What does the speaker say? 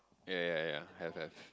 ya ya ya have have